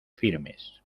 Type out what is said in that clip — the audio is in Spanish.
firmes